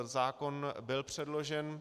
Zákon byl předložen.